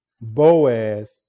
Boaz